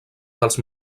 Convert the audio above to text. dels